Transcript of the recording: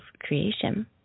creation